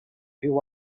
viu